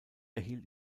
erhielt